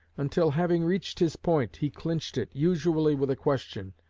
until, having reached his point, he clinched it, usually with a question,